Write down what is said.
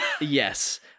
Yes